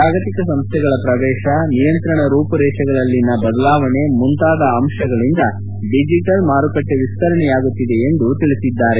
ಜಾಗತಿಕ ಸಂಸ್ಟೆಗಳ ಪ್ರವೇತ ನಿಯಂತ್ರಣ ರೂಪುರೇತೆಗಳಲ್ಲಿನ ಬದಲಾವಣೆ ಮುಂತಾದ ಅಂಶಗಳಿಂದ ಡಿಜೆಟಲ್ ಮಾರುಕಟ್ಟೆ ವಿಸ್ತರಣೆಯಾಗುತ್ತಿದೆ ಎಂದು ತಿಳಿಸಿದ್ದಾರೆ